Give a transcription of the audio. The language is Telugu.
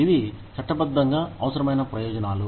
ఇవి చట్టబద్ధంగా అవసరమైన ప్రయోజనాలు